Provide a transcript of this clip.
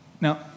Now